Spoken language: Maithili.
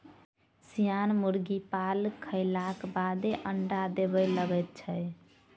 सियान मुर्गी पाल खयलाक बादे अंडा देबय लगैत छै